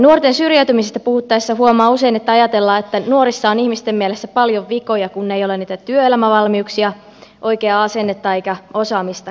nuorten syrjäytymisestä puhuttaessa huomaa usein että ajatellaan että nuorissa on ihmisten mielestä paljon vikoja kun ei ole niitä työelämävalmiuksia oikeaa asennetta eikä osaamistakaan